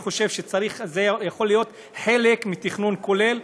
אני חושב שזה יכול להיות חלק מתכנון כולל,